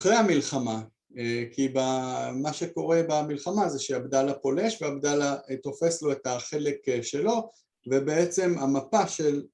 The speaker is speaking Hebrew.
‫אחרי המלחמה, כי מה שקורה ‫במלחמה זה שעבדאללה פולש ‫ועבדאללה תופס לו את החלק שלו, ‫ובעצם המפה של...